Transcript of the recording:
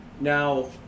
Now